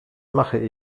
mache